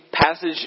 passage